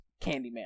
Candyman